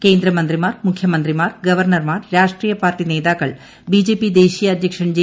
കേന്ദ്രമന്ത്രിമാർ മുഖ്യമന്ത്രിമാർ ഗവർണർമാർ രാഷ്ട്രീയ പാർട്ടി നേതാക്കൾ ബിജെപി ദേശീയ അദ്ധ്യക്ഷൻ ജെ